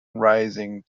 rising